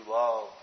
love